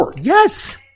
Yes